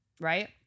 right